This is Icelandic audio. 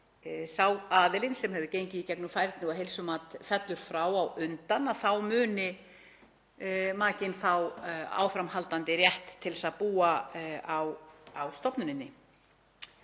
sá aðili sem hefur gengið í gegnum færni- og heilsumat fellur frá á undan þá muni makinn fá áframhaldandi rétt til að búa á stofnuninni.